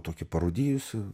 tokį parūdijusi